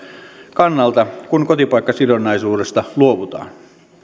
kannalta kun kotipaikkasidonnaisuudesta luovutaan